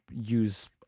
use